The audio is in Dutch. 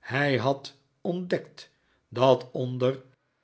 hij had ontdekt dat onder